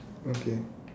okay